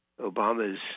Obama's